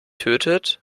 tötet